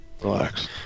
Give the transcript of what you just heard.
relax